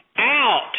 out